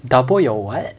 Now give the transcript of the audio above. double your what